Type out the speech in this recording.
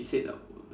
she said